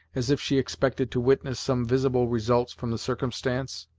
as if she expected to witness some visible results from the circumstance.